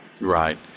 Right